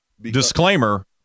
Disclaimer